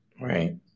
right